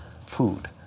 food